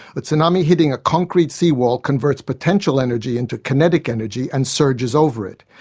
a tsunami hitting a concrete sea wall converts potential energy into kinetic energy and surges over it.